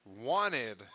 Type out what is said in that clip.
wanted